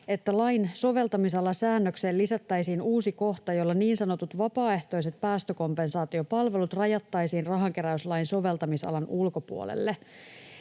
että lain soveltamisalasäännökseen lisättäisiin uusi kohta, jolla niin sanotut vapaaehtoiset päästökompensaatiopalvelut rajattaisiin rahankeräyslain soveltamisalan ulkopuolelle.